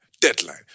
deadline